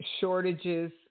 shortages